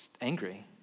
angry